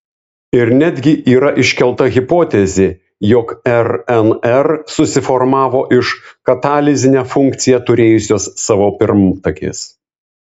ir netgi yra iškelta hipotezė jog rnr susiformavo iš katalizinę funkciją turėjusios savo pirmtakės